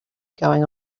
going